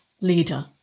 leader